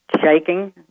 shaking